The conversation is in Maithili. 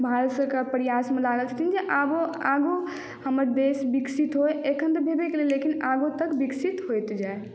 भारत सरकार प्रयासमे लागल छथिन जे आबो आगू हमर देश विकसित होय एखन तऽ भेबे केलै लेकिन आगुओ तक विकसित होइत जाय